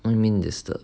what you mean disturb